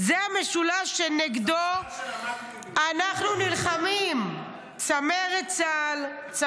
"זה המשולש שנגדו --" חברה של ---"-- אנחנו נלחמים.